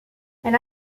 elle